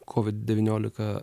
kovid devyniolika